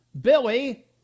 Billy